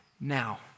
now